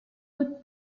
would